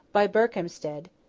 by berkhampstead,